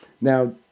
now